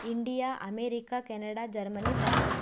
India America Canada Germany France